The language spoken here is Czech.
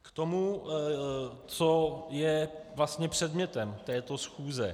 K tomu, co je vlastně předmětem této schůze.